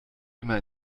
immer